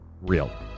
real